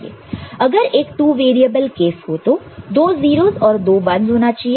अगर एक 2 variable case हो तो दो 0's और दो 1's होना चाहिए